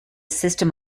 system